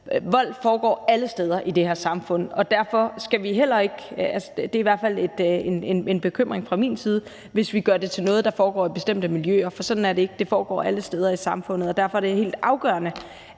Vold foregår alle steder i det her samfund. Derfor skal vi heller ikke – det er i hvert fald en bekymring fra min side – gøre det til noget, der foregår i bestemte miljøer, for sådan er det ikke. Det foregår alle steder i samfundet. Derfor er det helt afgørende,